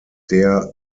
der